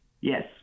yes